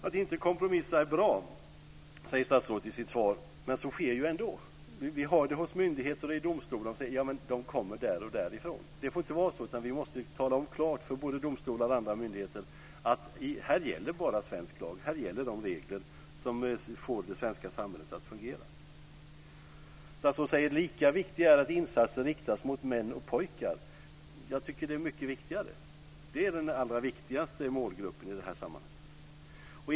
Att inte kompromissa är bra, säger statsrådet i sitt svar. Men det sker ju ändå. Både hos myndigheter och domstolar säger man: De kommer där och där ifrån. Det får inte vara så. Vi måste tala om för både domstolar och andra myndigheter att här gäller bara svensk lag. Här gäller de regler som får det svenska samhället att fungera. Statsrådet säger att det är lika viktigt att insatser riktas mot män och pojkar. Jag tycker att det är mycket viktigare. Det är den allra viktigaste målgruppen i det är sammanhanget.